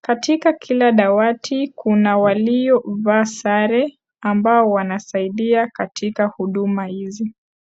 Katika kila dawati kuna walio vaa sare ambao wanasaidia katika huduma hizo.